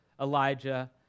Elijah